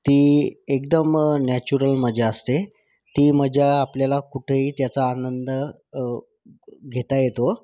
ती एकदम नॅचरल मजा असते ती मजा आपल्याला कुठेही त्याचा आनंद घेता येतो